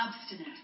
obstinate